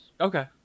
okay